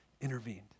intervened